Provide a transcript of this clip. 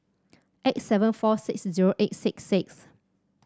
eight seven four six zero eight six six